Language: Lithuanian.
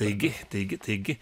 taigi taigi taigi